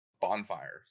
Bonfires